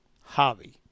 hobby